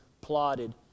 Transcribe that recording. plotted